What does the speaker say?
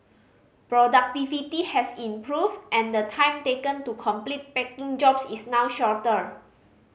productivity has improved and the time taken to complete packing jobs is now shorter